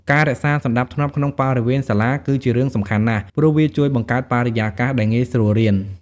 ការរក្សាសណ្ដាប់ធ្នាប់ក្នុងបរិវេណសាលា គឺជារឿងសំខាន់ណាស់ ព្រោះវាជួយបង្កើតបរិយាកាសដែលងាយស្រួលរៀន។